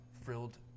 frilled